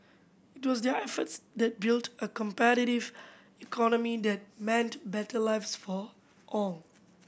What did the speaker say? it was their efforts that built a competitive economy that meant better lives for all